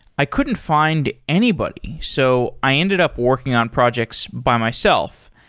i couldn't find anybody. so, i ended up working on projects by myself.